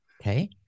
Okay